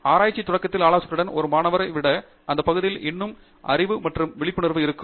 ஆராய்ச்சி தொடக்கத்தில் ஆலோசகருக்கு ஒரு மாணவரை விட அந்த பகுதியில் இன்னும் அறிவு மற்றும் விழிப்புணர்வு இருக்கும்